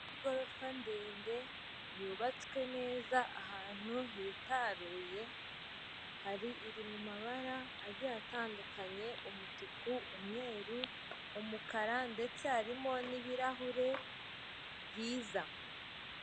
Igorofa ndende yubatswe neza ahantu hitaruye, iri mu barara agiye atandukanye, umutuku, umweru, umukara ndetse harimo n'ibirahure byiza.